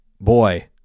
boy